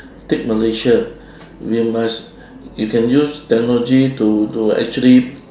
take malaysia you must you can use technology to to actually